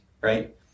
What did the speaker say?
Right